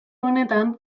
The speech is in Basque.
honetan